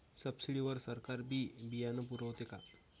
Subsidy वर सरकार बी बियानं पुरवते का?